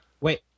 Wait